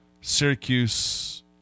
Syracuse